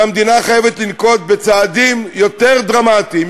והמדינה חייבת לנקוט צעדים יותר דרמטיים,